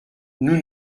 nous